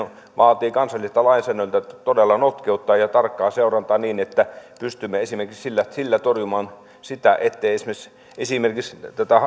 vaatii kansalliselta lainsäädännöltä todella notkeutta ja tarkkaa seurantaa niin että pystymme esimerkiksi sillä sillä torjumaan sitä että esimerkiksi